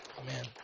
Amen